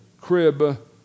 crib